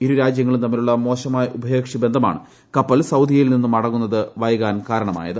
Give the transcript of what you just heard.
ഇരു രാജ്യങ്ങളും തമ്മിലുള്ള മോശമായ ഉഭയകക്ഷി ബന്ധമാണ് കപ്പൽ സൌദിയിൽ നിന്നു മടങ്ങുന്നത് വൈകാൻ കാരണമായത്